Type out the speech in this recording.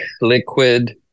liquid